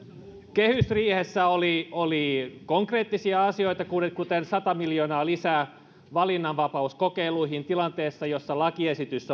kehysriihessä oli oli konkreettisia asioita kuten sata miljoonaa lisää valinnanvapauskokeiluihin tilanteessa jossa lakiesitys